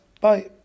Bye